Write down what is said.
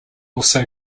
also